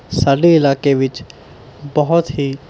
ਸਾਡੇ ਇਲਾਕੇ ਵਿੱਚ ਬਹੁਤ ਹੀ